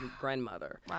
grandmother